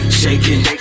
shaking